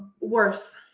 worse